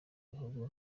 bihugu